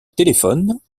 téléphones